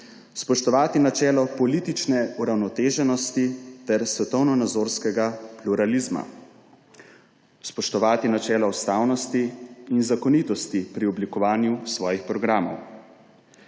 spoštovati načelo politične uravnoteženosti ter svetovnonazorskega pluralizma, spoštovati načelo ustavnosti in zakonitosti pri oblikovanju svojih programov,